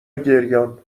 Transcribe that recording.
گریانممکنه